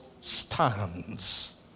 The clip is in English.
Stands